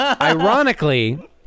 Ironically